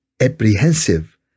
apprehensive